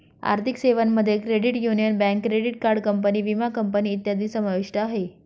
आर्थिक सेवांमध्ये credit union, bank, credit card company, विमा कंपनी इत्यादी समाविष्ट आहे